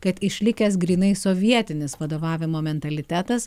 kad išlikęs grynai sovietinis vadovavimo mentalitetas